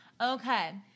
Okay